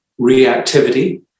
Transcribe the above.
reactivity